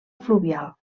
fluvial